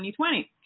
2020